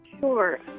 Sure